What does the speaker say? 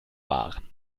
waren